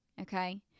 okay